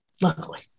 luckily